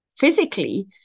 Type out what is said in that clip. physically